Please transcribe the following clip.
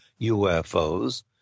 UFOs